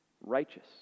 righteous